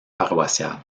paroissiale